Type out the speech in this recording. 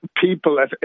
People